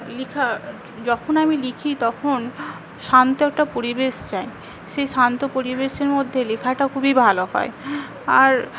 লেখা যখন আমি লিখি তখন শান্ত একটা পরিবেশ চাই সেই শান্ত পরিবেশের মধ্যে লেখাটা খুবই ভালো হয় আর